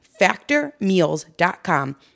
factormeals.com